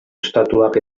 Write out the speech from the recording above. estatuak